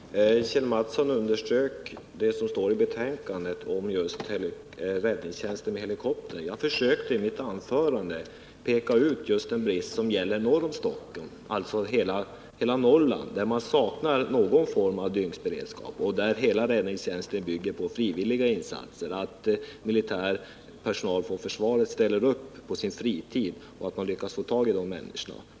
Herr talman! Kjell Mattsson underströk det som står i betänkandet om räddningstjänst med helikopter. Jag försökte i mitt anförande peka just på den brist som råder norr om Stockholm, alltså i hela Norrland, där man saknar all form av dygnsberedskap. Hela räddningstjänsten där bygger på frivilliga insatser. Militär personal ställer upp på sin fritid, om man lyckas få tag på den personalen.